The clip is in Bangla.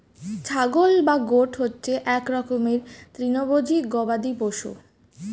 ছাগল বা গোট হচ্ছে এক রকমের তৃণভোজী গবাদি পশু